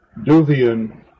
Duvian